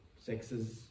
sexes